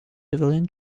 civilian